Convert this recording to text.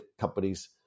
companies